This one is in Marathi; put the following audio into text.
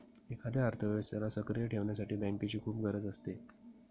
एखाद्या अर्थव्यवस्थेला सक्रिय ठेवण्यासाठी बँकेची खूप गरज असते